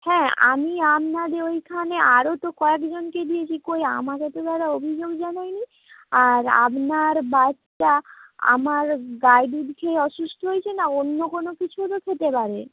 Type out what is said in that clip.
হ্যাঁ আমি আপনাদের ওইখানে আরও তো কয়েকজনকে দিয়েছি কই আমাকে তো তারা অভিযোগ জানায় নি আর আপনার বাচ্চা আমার গাই দুধ খেয়েই অসুস্থ হয়েছে না অন্য কোনো কিছুও তো খেতে পারে